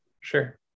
Sure